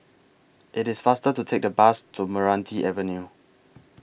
IT IS faster to Take The Bus to Meranti Avenue